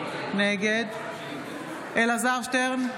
נגד אלעזר שטרן,